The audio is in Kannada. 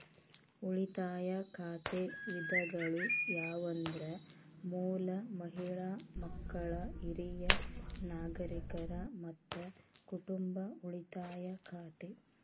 ಉಳಿತಾಯ ಖಾತೆ ವಿಧಗಳು ಯಾವಂದ್ರ ಮೂಲ, ಮಹಿಳಾ, ಮಕ್ಕಳ, ಹಿರಿಯ ನಾಗರಿಕರ, ಮತ್ತ ಕುಟುಂಬ ಉಳಿತಾಯ ಖಾತೆ